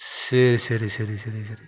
சரி சரி சரி சரி சரி